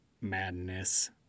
Madness